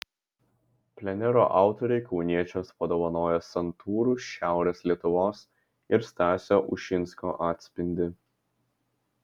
plenero autoriai kauniečiams padovanojo santūrų šiaurės lietuvos ir stasio ušinsko atspindį